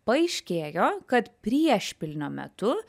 paaiškėjo kad priešpilnio metu